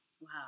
Wow